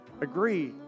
Agree